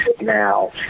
now